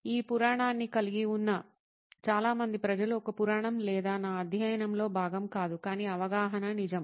ఈ పురాణాన్ని కలిగి ఉన్న చాలా మంది ప్రజలు ఒక పురాణం లేదా నా అధ్యయనంలో భాగం కాదు కానీ అవగాహన నిజం